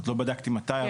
לא בדקתי מתי,